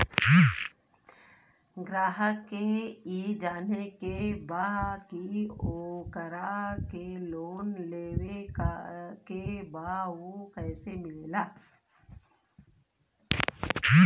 ग्राहक के ई जाने के बा की ओकरा के लोन लेवे के बा ऊ कैसे मिलेला?